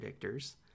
predictors